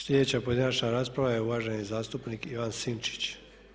Sljedeća pojedinačna rasprava je uvaženi zastupnik Ivan Sinčić.